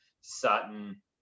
Sutton